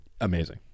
Amazing